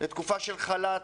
תקופה של חל"ת,